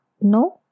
no